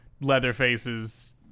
Leatherface's